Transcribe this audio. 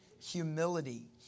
humility